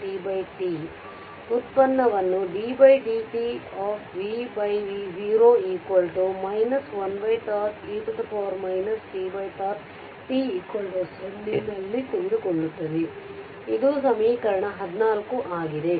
vt v0 e tT ವ್ಯುತ್ಪನ್ನವನ್ನು ddtvv0 1τ e tτt 0 ನಲ್ಲಿ ತೆಗೆದುಕೊಳ್ಳುತ್ತದೆ ಇದು ಸಮೀಕರಣ 14 ಆಗಿದೆ